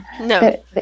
No